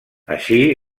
així